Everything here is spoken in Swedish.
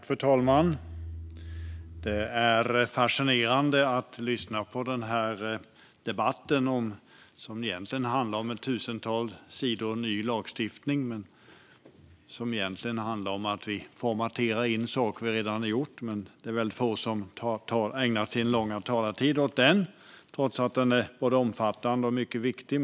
Fru talman! Det är fascinerande att lyssna på den här debatten, som egentligen handlar om tusentals sidor ny lagstiftning där vi formaterar in saker som vi redan har gjort. Det är väldigt få som har ägnat sin långa talartid åt den trots att den är både omfattande och mycket viktig.